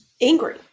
angry